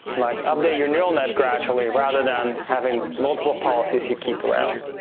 like update your neural net gradually rather than having multiple policies you keep around,